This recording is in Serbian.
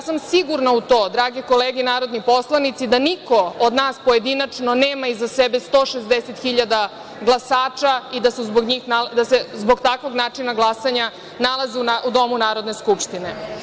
Sigurna sam u to, drage kolege narodni poslanici, da niko od nas pojedinačno nema iza sebe 160.000 glasača i da se zbog takvog načina glasanja nalaze u domu Narodne skupštine.